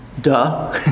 Duh